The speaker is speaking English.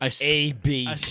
AB